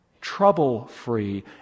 trouble-free